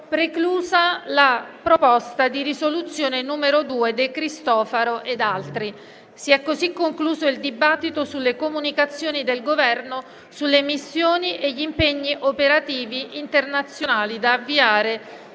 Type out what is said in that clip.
preclusa la proposta di risoluzione n. 2, presentata dal senatore De Cristofaro e da altri senatori. Si è così concluso il dibattito sulle comunicazioni del Governo sulle missioni e gli impegni operativi internazionali da avviare